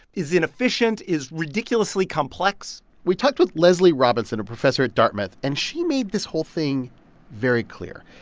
is inefficient, is ridiculously complex we talked with leslie robinson, a professor at dartmouth. and she made this whole thing very clear.